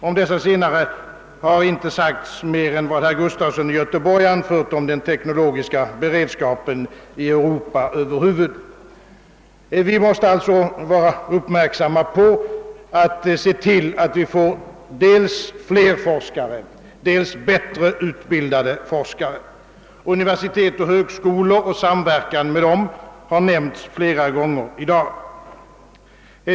Om dessa senare har inte sagts mer än vad herr Gustafson i Göteborg har anfört om den teknologiska beredskapen i Europa över huvud. Vi måste alltså följa detta med uppmärksamhet och se till att vi får dels fler forskare, dels bättre utbildade forskare. Universitet och högskolor och samverkan med dem har nämnts flera gånger i dag.